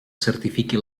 certifiqui